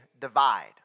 divide